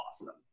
awesome